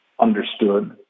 understood